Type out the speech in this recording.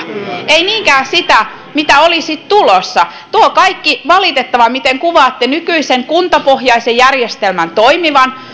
ei niinkään sitä mitä olisi tulossa tuo kaikki valitettava miten kuvaatte nykyisen kuntapohjaisen järjestelmän toimivan